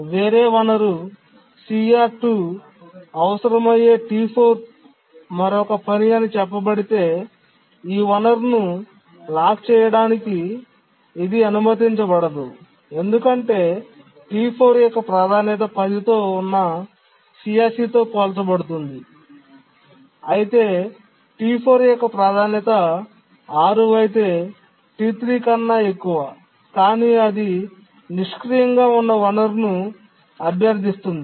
వేరే వనరు CR2 అవసరమయ్యే T4 మరొక పని అని చెప్పబడితే ఈ వనరును లాక్ చేయడానికి ఇది అనుమతించబడదు ఎందుకంటే T4 యొక్క ప్రాధాన్యత 10 తో ఉన్న CSC తో పోల్చబడుతుంది అయితే T4 యొక్క ప్రాధాన్యత 6 అయితే T3 కన్నా ఎక్కువ కానీ అది నిష్క్రియంగా ఉన్న వనరును అభ్యర్థిస్తోంది